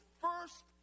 first